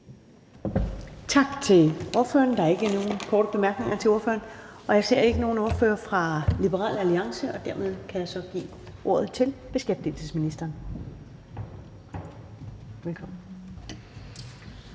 Tak til ordføreren. Der er ikke nogen korte bemærkninger. Jeg ser ikke nogen ordfører fra Liberal Alliance, så dermed kan jeg give ordet til beskæftigelsesministeren. Velkommen.